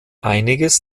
einiges